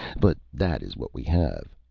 but that is what we have.